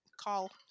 call